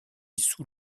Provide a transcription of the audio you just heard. sous